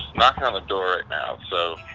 knocking on the door right now, so